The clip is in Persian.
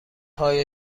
های